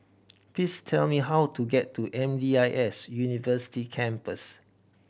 please tell me how to get to M D I S University Campus